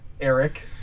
Eric